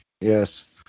Yes